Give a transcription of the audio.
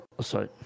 Sorry